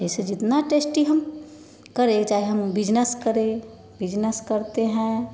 जैसे जितना टेस्टी हम करे चाहे हम बिज़नस करें बिज़नस करते हैं